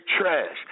trash